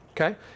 okay